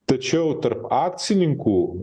tačiau tarp akcininkų